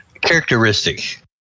Characteristic